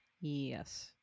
yes